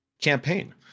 campaign